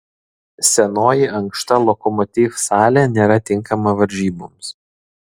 senoji ankšta lokomotiv salė nėra tinkama varžyboms